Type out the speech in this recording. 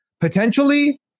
Potentially